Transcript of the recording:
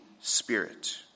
Spirit